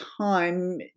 time